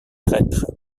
traîtres